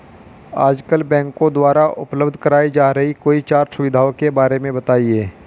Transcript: आजकल बैंकों द्वारा उपलब्ध कराई जा रही कोई चार सुविधाओं के बारे में बताइए?